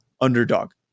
underdog